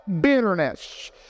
bitterness